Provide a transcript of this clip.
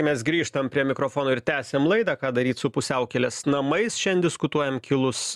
mes grįžtam prie mikrofono ir tęsiam laidą ką daryt su pusiaukelės namais šiandien diskutuojam kilus